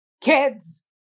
Kids